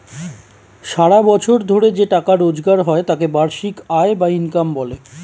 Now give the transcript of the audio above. সারা বছর ধরে যে টাকা রোজগার হয় তাকে বার্ষিক আয় বা ইনকাম বলে